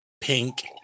pink